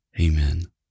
Amen